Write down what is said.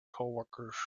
coworkers